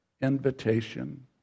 invitation